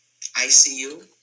ICU